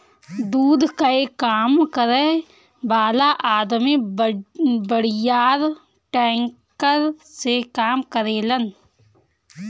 दूध कअ काम करे वाला अदमी बड़ियार टैंकर से काम करेलन